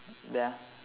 ya